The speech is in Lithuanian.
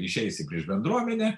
išeisi prieš bendruomenę